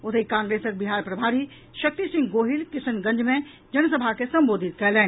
ओतहि कांग्रेसक बिहार प्रभारी शक्ति सिंह गोहिल किशनगंज मे जन सभा के संबोधित कयलनि